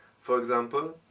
for example,